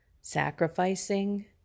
sacrificing